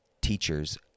teachers